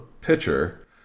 pitcher